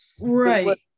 right